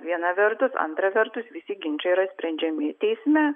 viena vertus antra vertus visi ginčai yra sprendžiami teisme